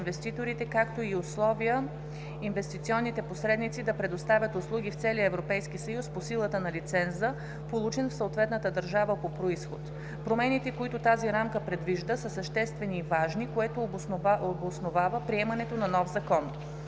както и условия инвестиционните посредници да предоставят услуги в целия Европейски съюз по силата на лиценза, получен в съответната държава по произход. Промените, които тази рамка предвижда, са съществени и важни, което обосновава приемането на нов закон.